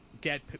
get